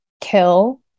kill